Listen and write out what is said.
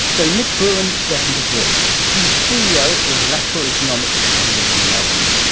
though nick gruen doesn't agree. he's ceo of lateral economics and lives in melbourne.